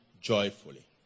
joyfully